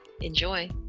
Enjoy